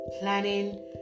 planning